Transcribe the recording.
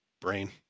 brain